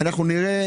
אנחנו נראה